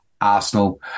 Arsenal